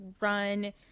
run